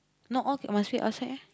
not all must wait outside eh